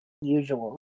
usual